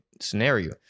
scenario